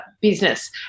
business